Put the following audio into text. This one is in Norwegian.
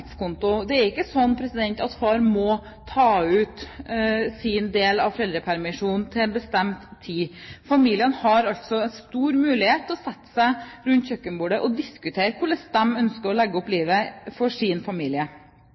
Det er ikke sånn at far må ta ut sin del av foreldrepermisjonen til en bestemt tid. Familiene har altså stor mulighet til å sette seg rundt kjøkkenbordet og diskutere hvordan de ønsker å legge opp livet for sin familie.